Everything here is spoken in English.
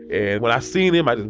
and when i seen him, i just